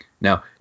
Now